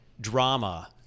drama